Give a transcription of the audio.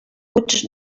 huts